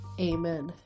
Amen